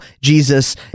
Jesus